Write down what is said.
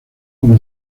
como